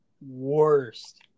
worst